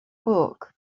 book